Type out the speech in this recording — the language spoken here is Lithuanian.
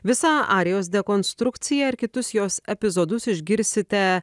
visą arijos dekonstrukciją ir kitus jos epizodus išgirsite